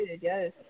yes